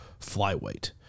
flyweight